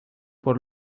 por